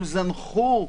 הם זנחו,